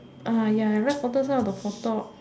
ah ya right photo's one on the for top